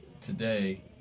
today